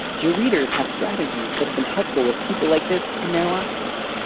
do your readers have strategies that have been helpful with people like this in their lives?